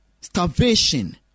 starvation